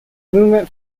movement